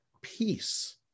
peace